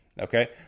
okay